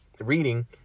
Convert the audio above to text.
reading